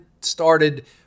started